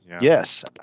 Yes